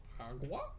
Agua